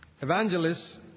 evangelists